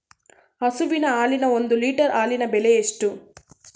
ಹಸುವಿನ ಹಾಲಿನ ಒಂದು ಲೀಟರ್ ಹಾಲಿನ ಬೆಲೆ ಎಷ್ಟು?